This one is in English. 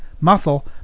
Muscle